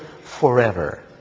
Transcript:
forever